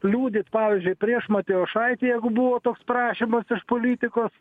liudyt pavyzdžiui prieš matijošaitį jeigu buvo toks prašymas iš politikos